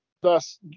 Thus